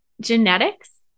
genetics